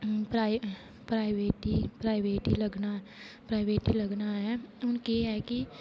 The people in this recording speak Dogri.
प्राईवेट प्राईवेट ही लग्गना प्राईवेट ही लग्गना ऐ हून केह् है कि